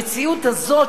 המציאות הזאת,